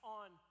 on